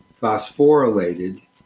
phosphorylated